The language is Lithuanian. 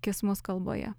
kismus kalboje